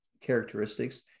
characteristics